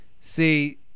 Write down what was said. see